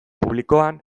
publikoan